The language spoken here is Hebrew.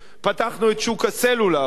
פתחנו את שוק הסלולר,